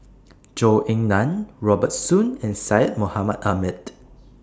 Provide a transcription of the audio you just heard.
Zhou Ying NAN Robert Soon and Syed Mohamed Ahmed